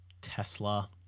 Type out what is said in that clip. Tesla